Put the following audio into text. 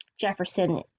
Jefferson